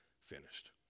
finished